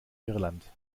irland